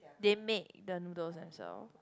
they made the noodles themselves